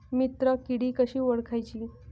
मित्र किडी कशी ओळखाची?